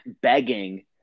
begging